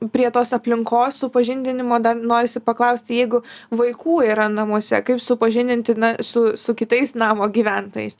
prie tos aplinkos supažindinimo dar norisi paklausti jeigu vaikų yra namuose kaip supažindinti su su kitais namo gyventojais